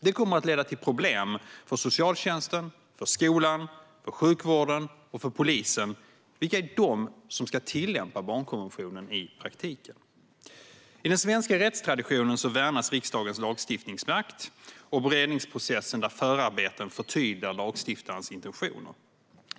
Det kommer att leda till problem för socialtjänsten, skolan, sjukvården och polisen, vilka är de som ska tillämpa barnkonventionen i praktiken. I den svenska rättstraditionen värnas riksdagens lagstiftningsmakt och beredningsprocessen där förarbeten förtydligar lagstiftarens intentioner.